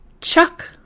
Chuck